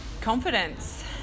confidence